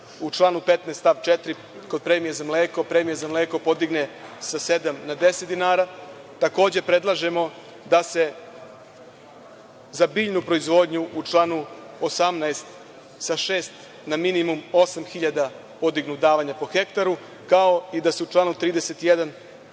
u članu 15. stav 4, kod premija za mleko, premije za mleko podignu sa sedam na 10 dinara. Takođe, predlažemo da se za biljnu proizvodnju, u članu 18, sa šest na minimum osam hiljada podignu davanja po hektaru, kao da se u članu 31.